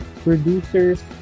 producers